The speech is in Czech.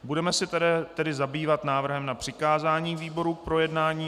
Budeme se tedy zabývat návrhem na přikázání výborům k projednání.